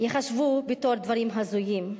ייחשבו דברים הזויים,